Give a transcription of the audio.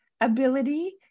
ability